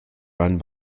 run